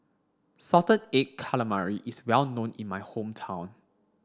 salted egg calamari is well known in my hometown